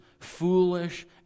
foolish